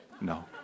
No